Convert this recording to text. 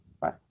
Bye